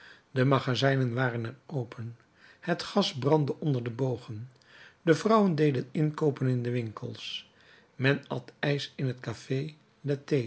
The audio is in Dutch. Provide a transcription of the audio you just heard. de magazijnen waren er open het gas brandde onder de bogen de vrouwen deden inkoopen in de winkels men at ijs in het café